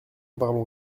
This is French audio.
parlons